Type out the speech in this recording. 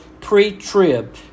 pre-trib